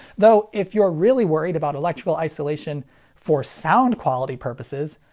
though if you're really worried about electrical isolation for sound quality purposes,